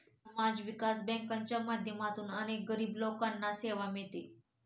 समाज विकास बँकांच्या माध्यमातून अनेक गरीब लोकांना सेवा मिळते